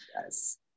yes